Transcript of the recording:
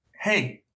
Hey